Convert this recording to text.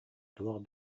туох